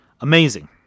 amazing